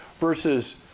versus